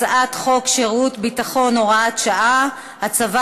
הצעת חוק שירות ביטחון (הוראת שעה) (הצבת